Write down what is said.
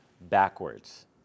backwards